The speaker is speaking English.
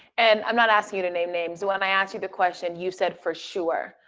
and i'm not asking you to name names when i asked you the question, you said, for sure.